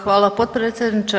Hvala potpredsjedniče.